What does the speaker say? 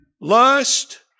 lust